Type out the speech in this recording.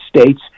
States